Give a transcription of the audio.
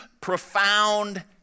profound